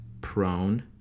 prone